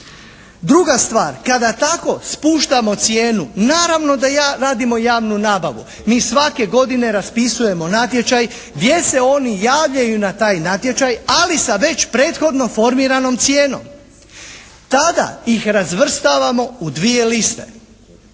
Druga stvar, kada tako spuštamo cijenu naravno da radimo javnu nabavu, mi svake godine raspisujemo natječaj gdje se oni javljaju na taj natječaj, ali sa već prethodno formiranom cijenom. Tada ih razvrstavamo u dvije liste.